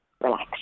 relax